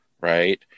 right